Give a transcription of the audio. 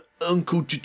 uncle